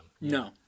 No